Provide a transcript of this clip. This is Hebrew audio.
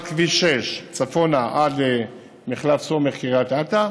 כביש 6 צפונה עד למחלף סומך-קריית אתא,